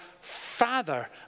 Father